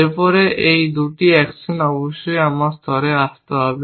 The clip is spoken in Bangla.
এর পরে এই 2টি অ্যাকশন অবশ্যই আমার স্তরে আসতে হবে